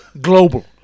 Global